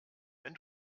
wenn